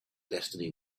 destiny